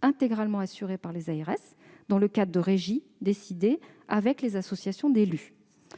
intégralement assurée par les ARS dans le cadre des règles décidées avec les associations d'élus.